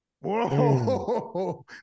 Whoa